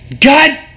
God